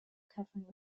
covering